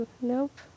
nope